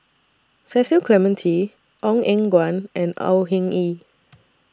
Cecil Clementi Ong Eng Guan and Au Hing Yee